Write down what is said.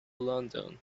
london